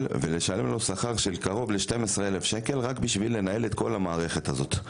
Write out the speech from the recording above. ולשלם לו שכר של קרוב ל-12,000 שקל רק בשביל לנהל את כל המערכת הזאת,